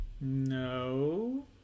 no